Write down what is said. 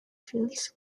fields